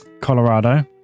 Colorado